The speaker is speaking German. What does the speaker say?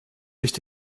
nicht